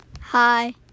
Hi